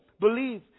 believe